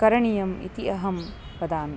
करणीयम् इति अहं वदामि